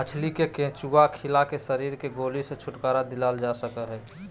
मछली के केंचुआ खिला के मछली के गोली से छुटकारा दिलाल जा सकई हई